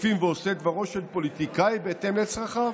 כפופים ועושי דברו של פוליטיקאי בהתאם לצרכיו.